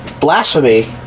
blasphemy